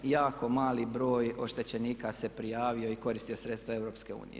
Jako mali broj oštećenika se prijavio i koristio sredstva EU.